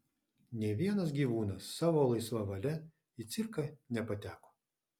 nė vienas gyvūnas savo laisva valia į cirką nepateko